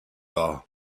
her